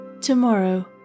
Tomorrow